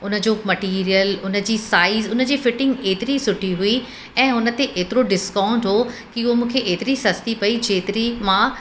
उन जो मटीरियल उन जी साइज़ उन जी फ़िटिंग एतिरी सुठी हुई ऐं हुन ते एतिरो डिस्काउंट हुओ की उहो मूंखे एतिरी सस्ती पई जेतिरी मां